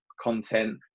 content